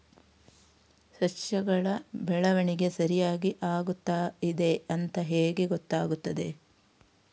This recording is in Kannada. ಸಸ್ಯಗಳ ಬೆಳವಣಿಗೆ ಸರಿಯಾಗಿ ಆಗುತ್ತಾ ಇದೆ ಅಂತ ಹೇಗೆ ಗೊತ್ತಾಗುತ್ತದೆ?